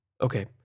okay